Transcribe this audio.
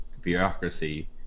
bureaucracy